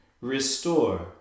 Restore